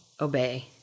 obey